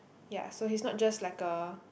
ya so he is not just like a